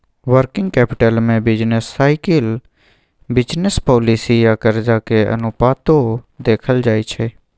working capital में business cycle, business policy आ कर्जा के अनुपातो देखल जाइ छइ